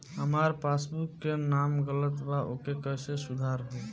हमार पासबुक मे नाम गलत बा ओके कैसे सुधार होई?